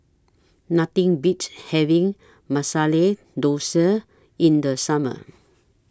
Nothing Beats having Masala Dosa in The Summer